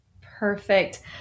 perfect